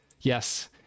Yes